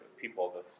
people